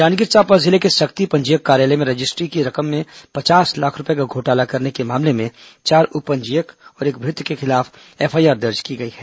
जांजगीर चांपा जिले के सक्ती पंजीयक कार्यालय में रजिस्ट्री की रकम में पचास लाख रूपये का घोटाला करने के मामले में चार उप पंजीयक और एक भृत्य के खिलाफ एफआईआर दर्ज की गई है